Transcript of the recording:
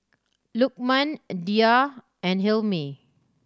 Lukman Dhia and Hilmi